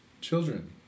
children